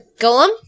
Golem